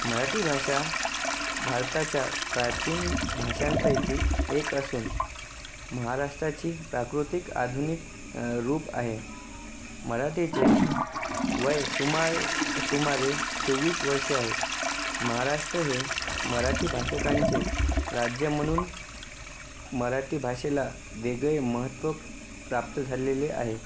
मराठी भाषा भारताच्या प्राचीन भाषांपैकी एक असून महाराष्ट्राची प्राकृतिक आधुनिक रूप आहे मराठीचे वय सुमार सुमारे चोवीस वर्ष आहेत महाराष्ट्र हे मराठी भाषकांचे राज्य म्हणून मराठी भाषेला वेगळे महत्व प्राप्त झालेले आहे